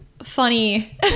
Funny